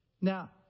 Now